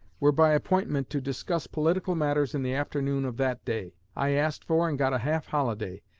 were by appointment to discuss political matters in the afternoon of that day. i asked for and got a half-holiday.